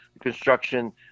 construction